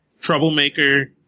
Troublemaker